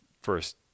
first